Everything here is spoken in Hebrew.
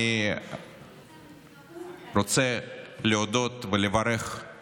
אני רוצה להודות ולברך את